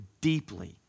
deeply